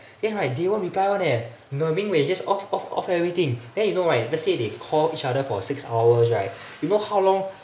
then right they won't reply [one] eh the ming wei just off off off everything then you know right let's say they call each other for six hours right you know how long